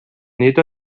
nid